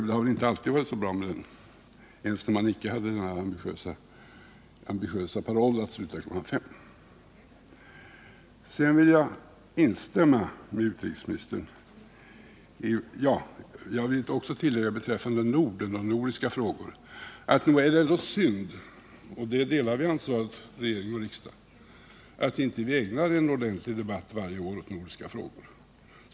Det har väl inte alltid varit så bra med funktionsdugligheten där — inte ens när man inte hade den ambitiösa parollen att sluta kl. 5. Vidare tycker jag att det är synd — och här delar regering och riksdag ansvaret — att vi inte varje år ägnar en ordentlig debatt åt nordiska frågor.